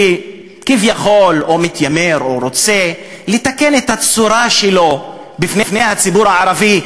כביכול מתיימר או רוצה לתקן את הצורה שלו בפני הציבור הערבי,